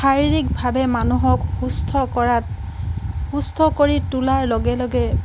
শাৰীৰিকভাৱে মানুহক সুস্থ কৰাত সুস্থ কৰি তোলাৰ লগে লগে